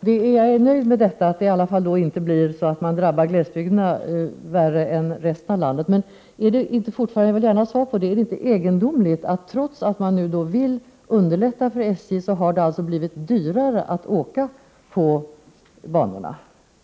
Herr talman! Jag är nöjd med att det inte blir så att glesbygden drabbas värre än resten av landet. Men jag vill fortfarande ha svar på frågan: Är det inte egendomligt att det, trots att man vill underlätta för SJ, har blivit dyrare att åka på banorna?